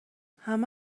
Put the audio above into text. همه